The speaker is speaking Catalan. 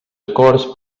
acords